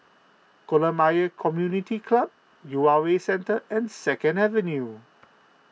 Kolam Ayer Community Club U R A Centre and Second Avenue